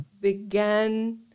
began